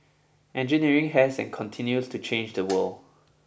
engineering has and continues to change the world